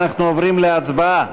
אנחנו עוברים להצבעה.